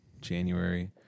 January